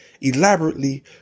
elaborately